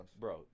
bro